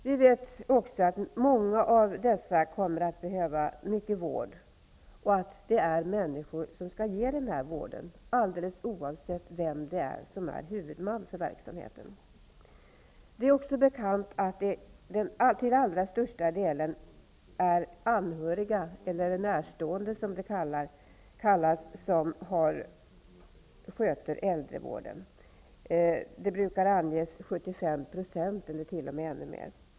Vi vet också att många av dessa kommer att behöva mycket vård, och att det är människor som måste ge den vården alldeles oavsett vem som är huvudman för verksamheten. Det är också bekant att det till den allra största delen är anhöriga eller närstående som sköter äldrevården. Det brukar anges att de står för 75 % eller kanske ännu mer.